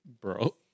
bro